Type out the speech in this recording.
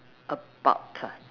about ah